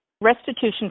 Restitution